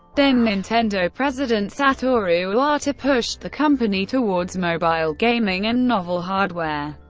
then-nintendo president satoru iwata pushed the company towards mobile gaming and novel hardware.